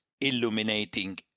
illuminating